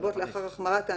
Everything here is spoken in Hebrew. למה אתה שואל אותי?